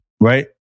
right